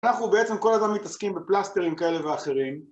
אנחנו בעצם כל הזמן מתעסקים בפלסטרים כאלה ואחרים.